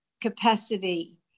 capacity